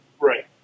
Right